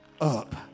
up